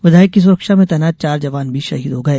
विधायक की सुरक्षा में तैनात चार जवान भी शहीद हो गए